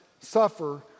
suffer